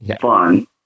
fun